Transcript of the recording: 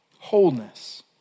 wholeness